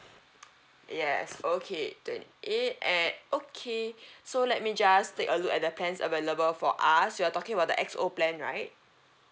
yes okay twenty eight and okay so let me just take a look at the plans available for us you're talking about the X O plan right